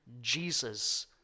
Jesus